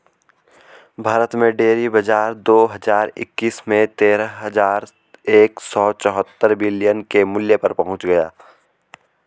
भारत में डेयरी बाजार दो हज़ार इक्कीस में तेरह हज़ार एक सौ चौहत्तर बिलियन के मूल्य पर पहुंच गया